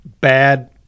bad